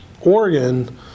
oregon